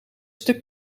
stuk